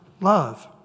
love